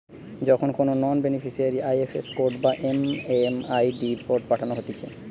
যখন কোনো নন বেনিফিসারিকে আই.এফ.এস কোড বা এম.এম.আই.ডি কোড পাঠানো হতিছে